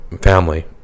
family